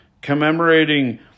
commemorating